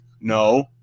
No